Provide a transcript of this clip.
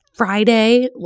Friday